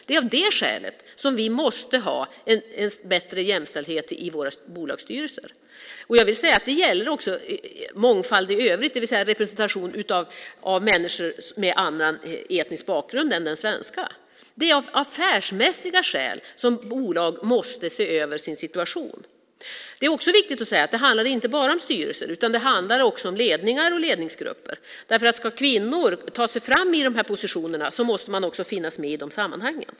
Det är av det skälet som vi måste ha en bättre jämställdhet i våra bolagsstyrelser. Jag vill säga att detta också gäller mångfald i övrigt, det vill säga representation av människor med annan etnisk bakgrund än den svenska. Det är av affärsmässiga skäl som bolag måste se över sin situation. Det är också viktigt att säga att detta inte bara handlar om styrelser utan också om ledningar och ledningsgrupper. Ska kvinnor ta sig fram i dessa positioner måste de också finnas med i de sammanhangen.